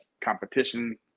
competition